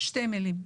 שתי מילים.